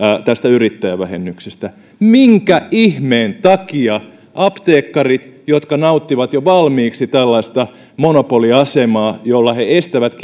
yrittäjävähennyksestä minkä ihmeen takia apteekkarit jotka nauttivat jo valmiiksi tällaista monopoliasemaa jolla he estävät